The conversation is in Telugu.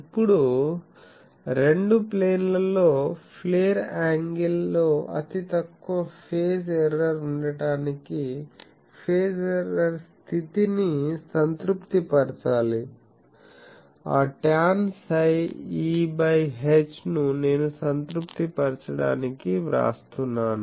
ఇప్పుడు రెండు ప్లేన్ లలో ప్లేర్ ఆంగిల్ లో అతితక్కువ ఫేజ్ ఎర్రర్ ఉండటానికి ఫేజ్ ఎర్రర్ స్థితిని సంతృప్తి పరచాలి ఆ tan psi E by H ను నేను సంతృప్తిపరచడానికి వ్రాస్తున్నాను